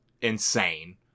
insane